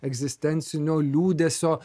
egzistencinio liūdesio